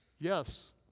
Yes